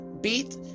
beat